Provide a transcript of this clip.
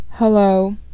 hello